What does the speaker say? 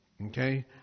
Okay